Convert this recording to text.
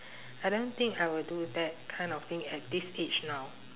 I don't think I will do that kind of thing at this age now